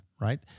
right